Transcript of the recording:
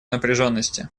напряженности